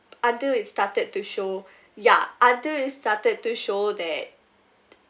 until it started to show ya until it started to show that